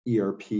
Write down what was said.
ERP